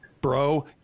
bro